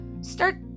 start